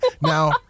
Now-